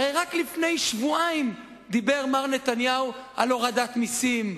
הרי רק לפני שבועיים דיבר מר נתניהו על הורדת מסים.